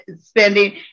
spending